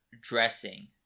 dressing